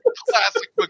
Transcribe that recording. classic